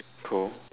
cool